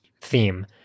theme